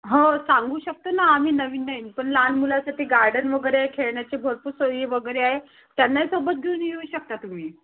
हो सांगू शकतो ना आम्ही नवीन नवीन पण लहान मुलासाठी गार्डन वगैरे खेळण्याचे भरपूर सोयी वगैरे आहे त्यांनाही सोबत घेऊन येऊ शकता तुम्ही